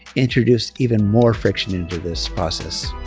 introduced even more friction into this process.